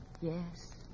Yes